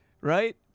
right